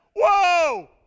Whoa